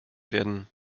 werden